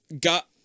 got